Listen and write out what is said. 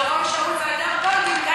של אורון שאול והדר גולדין,